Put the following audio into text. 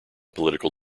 political